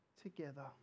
together